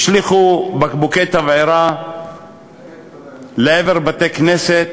השליכו בקבוקי תבערה לעבר בתי-כנסת.